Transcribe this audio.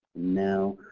now,